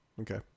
okay